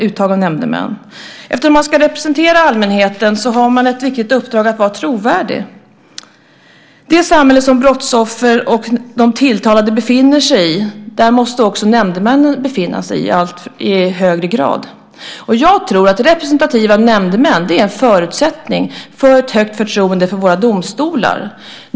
Eftersom nämndemännen ska representera allmänheten har de ett viktigt uppdrag att vara trovärdiga. Det samhälle som brottsoffren och de tilltalade befinner sig i måste även nämndemännen i högre grad befinna sig i. Jag tror att representativa nämndemän är en förutsättning för ett högt förtroende för våra domstolar.